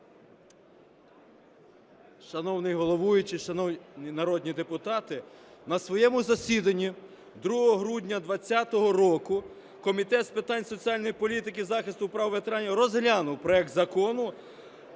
Шановний головуючий, шановні народні депутати! На своєму засіданні 2 грудня 2020 року Комітет з питань соціальної політики та захисту прав ветеранів розглянув проект Закону